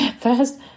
First